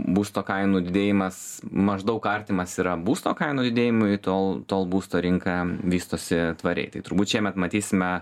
būsto kainų didėjimas maždaug artimas yra būsto kainų didėjimui tol tol būsto rinka vystosi tvariai tai turbūt šiemet matysime